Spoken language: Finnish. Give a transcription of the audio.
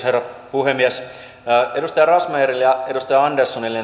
herra puhemies edustaja razmyarille ja edustaja anderssonille